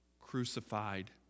crucified